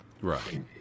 Right